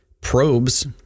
probes